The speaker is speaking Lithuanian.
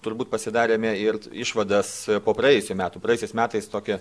turbūt pasidarėme irt išvadas po praėjusių metų praėjusiais metais tokie